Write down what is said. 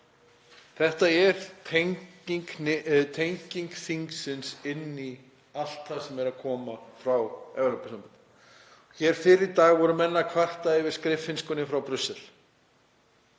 þetta er tenging þingsins inn í allt það sem er að koma frá Evrópusambandinu. Hér fyrr í dag voru menn að kvarta yfir skriffinnskunni í Brussel.